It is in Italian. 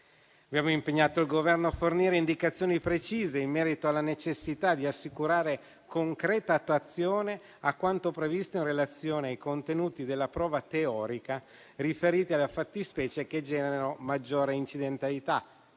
Abbiamo impegnato il Governo a fornire indicazioni precise in merito alla necessità di assicurare concreta attuazione a quanto previsto in relazione ai contenuti della prova teorica, riferiti alle fattispecie che generano maggiore incidentalità,